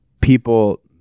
people